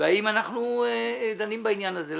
והאם אנחנו דנים בעניין הזה?